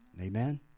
Amen